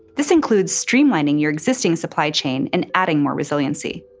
this includes streamlining your existing supply chain and adding more resiliency.